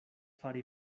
fari